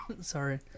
Sorry